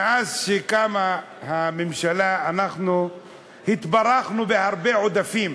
מאז קמה הממשלה אנחנו התברכנו בהרבה עודפים.